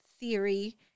Theory